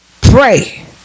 pray